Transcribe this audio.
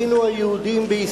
היום הזה הבינו היהודים בישראל